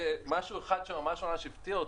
משהו אחד שממש ממש הפתיע אותי,